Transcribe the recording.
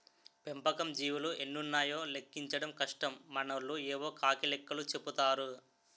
పెంపకం జీవులు ఎన్నున్నాయో లెక్కించడం కష్టం మనోళ్లు యేవో కాకి లెక్కలు చెపుతారు